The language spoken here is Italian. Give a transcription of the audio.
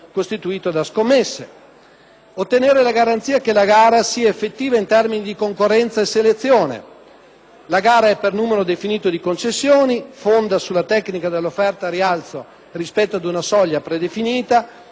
scommesse; la garanzia che la gara sia effettiva in termini di concorrenza e selezione: la gara è per un numero definito di concessioni, fonda sulla tecnica dell'offerta a rialzo rispetto ad una soglia predefinita e non può non essere competitiva,